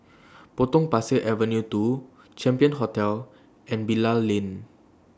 Potong Pasir Avenue two Champion Hotel and Bilal Lane